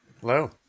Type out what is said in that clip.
Hello